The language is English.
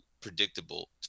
predictable